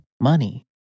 money